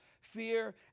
fear